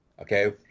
Okay